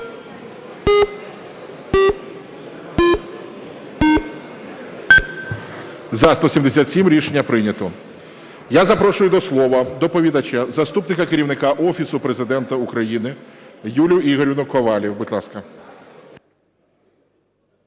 За-177 Рішення прийнято. Я запрошую до слова доповідача, заступника керівника Офісу Президента України Юлію Ігорівну Ковалів. Будь ласка.